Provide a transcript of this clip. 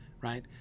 right